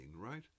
right